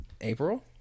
April